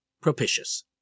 propitious